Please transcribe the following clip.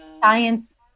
science